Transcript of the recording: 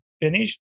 finish